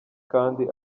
kandi